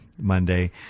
Monday